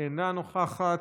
אינה נוכחת,